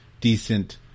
decent